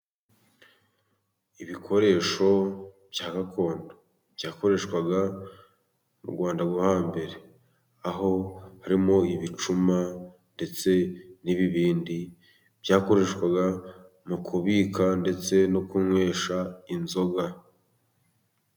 Ibikoresho bya gakondo. Byakoreshwaga mu Rwanda rwo hambere, aho harimo ibicuma ndetse n'ibibindi, byakoreshwaga mu kubika ndetse no kunywesha inzoga.